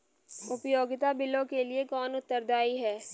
उपयोगिता बिलों के लिए कौन उत्तरदायी है?